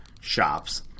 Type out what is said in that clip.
shops